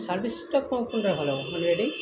সার্ভিসটা কোন কোনটার ভালো মানে রেটিং